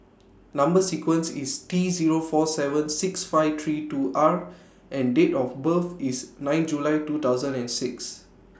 Number sequence IS T Zero four seven six five three two R and Date of birth IS nine July two thousand and six